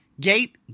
gate